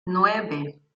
nueve